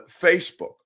Facebook